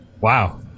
Wow